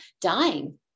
dying